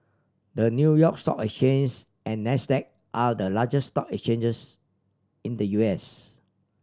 the New York Stock Exchange and Nasdaq are the largest stock exchanges in the U S